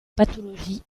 pathologies